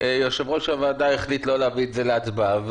יושב-ראש הוועדה החליט לא להביא את זה להצבעה,